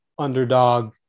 Underdog